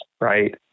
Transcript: right